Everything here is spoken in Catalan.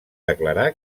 declarar